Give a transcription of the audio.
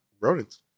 rodents